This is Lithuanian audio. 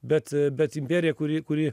bet bet imperija kuri kuri